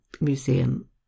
museum